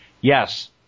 Yes